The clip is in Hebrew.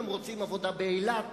הם רוצים עבודה באילת,